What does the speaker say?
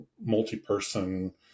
multi-person